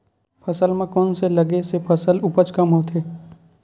फसल म कोन से लगे से फसल उपज कम होथे?